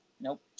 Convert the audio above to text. Nope